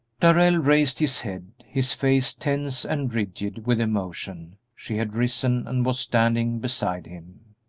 darrell raised his head, his face tense and rigid with emotion she had risen and was standing beside him.